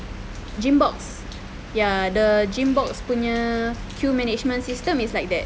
gym box ya the gym box punya queue management system is like that